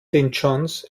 john’s